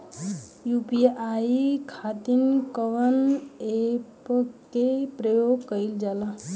UPI खातीर कवन ऐपके प्रयोग कइलजाला?